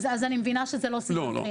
אז אני מבינה שזה לא סימן קריאה.